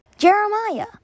Jeremiah